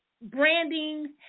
branding